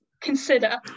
consider